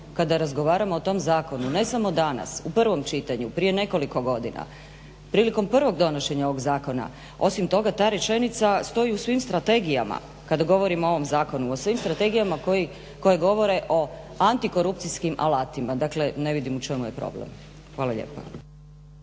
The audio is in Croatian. kada razgovaramo o tom zakonu, ne samo danas u prvom čitanju, prije nekoliko godina. Prilikom prvog donošenja ovog zakona. Osim toga ta rečenica stoji u svim strategijama. Kada govorimo o ovom zakonu, o svim strategijama koje govore o antikorupcijskim alatima, dakle ne vidim o čemu je problem. Hvala lijepa.